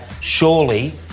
Surely